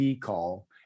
call